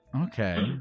Okay